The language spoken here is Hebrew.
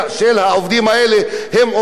והם עובדים משכבות חלשות,